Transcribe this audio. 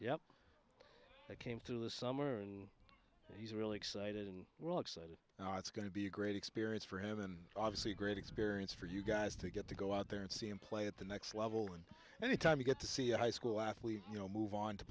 yeah i came through the summer and he's really excited and we're all excited now it's going to be a great experience for him and obviously a great experience for you guys to get to go out there and see him play at the next level and any time you get to see a high school athlete you know move on to